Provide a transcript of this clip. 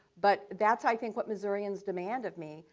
but that's i think what missourians demand of me,